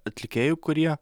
atlikėjų kurie